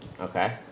Okay